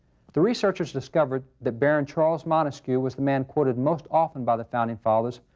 the researchers discovered that baron charles montesquieu was the man quoted most often by the founding fathers,